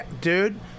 dude